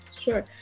Sure